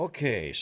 Okay